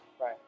Right